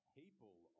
people